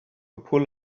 pull